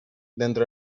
dentro